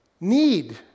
need